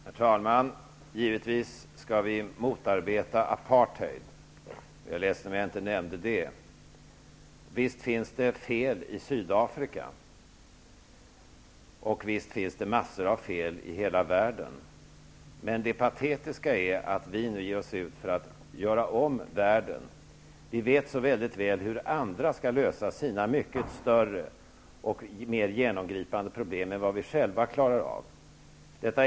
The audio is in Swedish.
Herr talman! Givetvis skall vi motarbeta apartheid. Jag är ledsen om jag inte nämnde det. Visst finns det fel i Sydafrika, och visst finns det massor av fel i hela världen. Men det är patetiskt att vi nu beger oss ut för att göra om världen. Vi vet så väl hur andra skall lösa sina mycket större och mer genomgripande problem men klarar inte av att lösa våra egna.